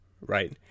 right